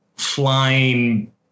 flying